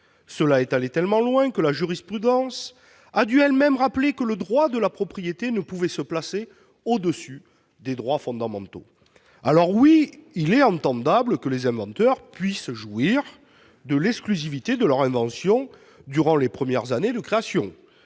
Cela est allé tellement loin que la jurisprudence a dû elle-même rappeler que le droit de la propriété ne pouvait se placer au-dessus des droits fondamentaux. Alors, oui, on peut comprendre que les inventeurs puissent jouir de l'exclusivité de leur invention durant les premières années de sa création.